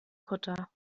kutter